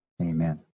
amen